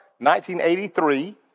1983